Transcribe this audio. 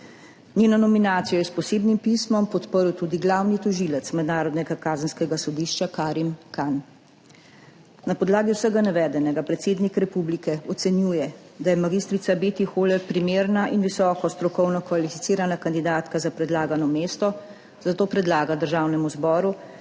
Njeno nominacijo je s posebnim pismom podprl tudi glavni tožilec Mednarodnega kazenskega sodišča Karim Khan. Na podlagi vsega navedenega predsednik republike ocenjuje, da je mag. Beti Hohler primerna in visoko strokovno kvalificirana kandidatka za predlagano mesto, zato predlaga Državnemu zboru,